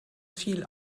viel